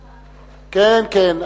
תמיד יש לך, כן, כן.